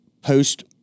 post